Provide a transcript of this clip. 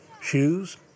shoes